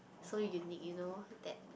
so unique you know that